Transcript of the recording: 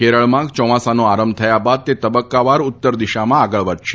કેરળમાં ચોમાસાનો આરંભ થયા બાદ તે તબક્કાવાર ઉત્તર દિશામાં આગળ વધશે